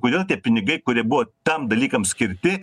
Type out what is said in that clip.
kodėl tie pinigai kurie buvo tam dalykam skirti